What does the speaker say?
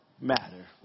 matter